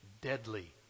Deadly